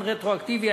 רטרואקטיבי.